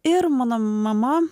ir mano mama